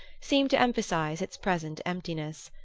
seemed to emphasize its present emptiness.